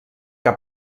que